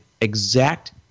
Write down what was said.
exact